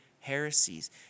heresies